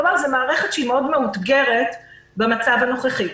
כלומר זו מערכת שהיא מאוד מאותגרת במצב הנוכחי.